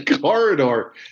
Corridor